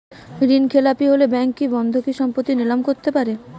ঋণখেলাপি হলে ব্যাঙ্ক কি বন্ধকি সম্পত্তি নিলাম করতে পারে?